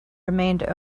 remained